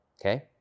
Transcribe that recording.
okay